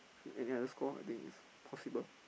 any other score I think is possible